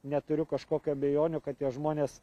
neturiu kažkokių abejonių kad tie žmonės